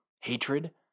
hatred